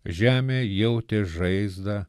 žemė jautė žaizdą